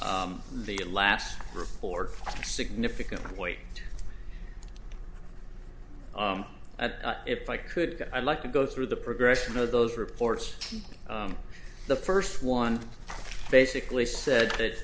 the last report significant weight that if i could i'd like to go through the progression of those reports the first one basically said that